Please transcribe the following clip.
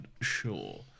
sure